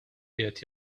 qiegħed